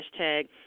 hashtag